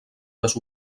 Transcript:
les